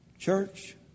Church